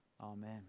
Amen